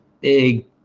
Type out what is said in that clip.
big